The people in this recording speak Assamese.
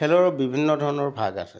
খেলৰ বিভিন্ন ধৰণৰ ভাগ আছে